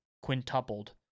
quintupled